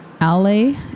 Alley